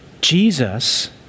Jesus